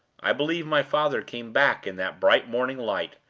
i believe my father came back in that bright morning light,